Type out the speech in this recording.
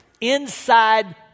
inside